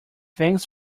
thanks